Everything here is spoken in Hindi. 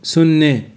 शून्य